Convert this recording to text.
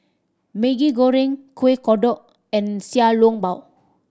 Maggi Goreng Kuih Kodok and Xiao Long Bao